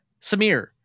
Samir